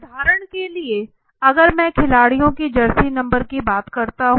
उदाहरण के लिए अगर मैं खिलाड़ियों की जर्सी नंबर की बात करता हूँ